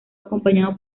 acompañado